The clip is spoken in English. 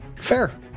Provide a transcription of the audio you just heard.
Fair